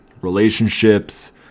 relationships